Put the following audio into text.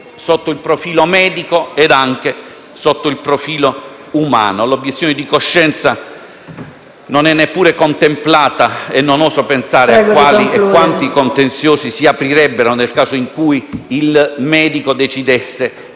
sotto il profilo medico e sotto il profilo umano. L'obiezione di coscienza non è neppure contemplata e non oso pensare a quali e quanti contenziosi si aprirebbero nel caso in cui il medico decidesse